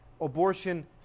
abortion